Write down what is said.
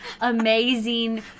amazing